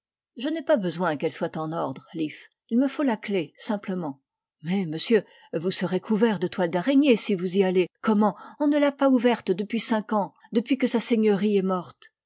je n'ai pas besoin qu'elle soit en ordre leaf il me faut la clef simplement mais monsieur vous serez couvert de toiles d'araignée si vous y allez gomment on ne l'a pas ouverte depuis cinq ans depuis que sa seigneurie est morte